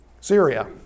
Syria